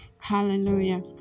Hallelujah